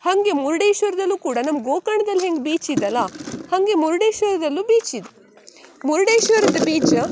ಹಾಗೆ ಮುರ್ಡೇಶ್ವರದಲ್ಲೂ ಕೂಡ ನಮ್ಮ ಗೋಕರ್ಣದಲ್ಲಿ ಹೆಂಗೆ ಬೀಚ್ ಇದ್ಯಲ ಹಾಗೆ ಮುರ್ಡೇಶ್ವರದಲ್ಲೂ ಬೀಚ್ ಇದೆ ಮುರ್ಡೇಶ್ವರದ ಬೀಚ